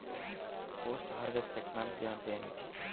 Post harvest technology అంటే ఏమిటి?